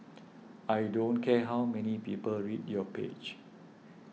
I don't care how many people read your page